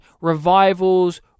revivals